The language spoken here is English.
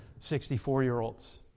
64-year-olds